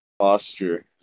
posture